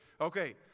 Okay